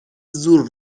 زور